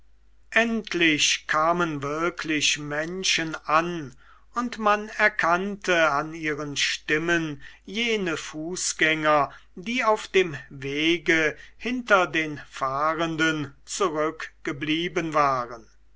endlich kamen wirklich menschen an und man erkannte an ihren stimmen jene fußgänger die auf dem wege hinter den fahrenden zurückgeblieben waren